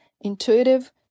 intuitive